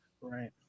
Right